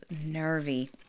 nervy